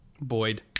boyd